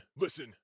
listen